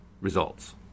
results